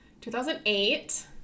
2008